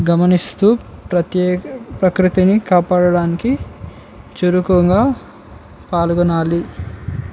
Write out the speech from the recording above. గమనిస్తూ ప్రత్యేక ప్రకృతిని కాపాడటానికి చురుకుగా పాల్గొనాలి